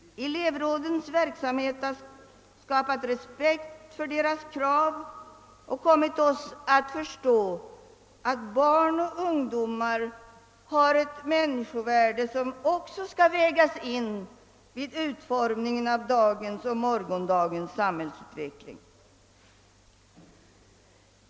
Elevrådens verksamhet har skapat respekt för deras krav och kommit oss att förstå, att barn och ungdom har ett människovärde som också skall vägas in vid utformningen av dagens och morgondagens samhälle.